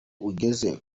ugeze